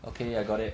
okay I got it